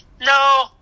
No